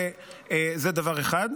זה דבר אחר.